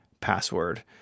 Password